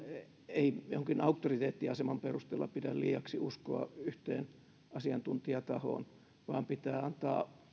ei jonkin auktoriteettiaseman perusteella pidä liiaksi uskoa yhteen asiantuntijatahoon vaan pitää antaa